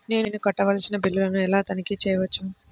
నేను కట్టవలసిన బిల్లులను ఎలా తనిఖీ చెయ్యవచ్చు?